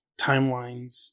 timelines